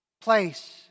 place